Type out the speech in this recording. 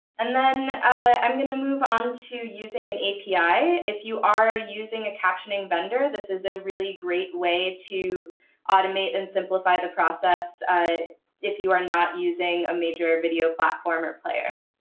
and then i'm going to move on to using an api. if you are using a captioning vendor, this is a really great way to automate and simplify the process ah if you are not using a major video platform or player.